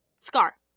Scar